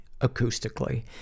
acoustically